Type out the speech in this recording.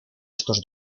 estos